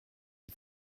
you